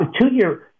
two-year